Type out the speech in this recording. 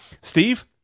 Steve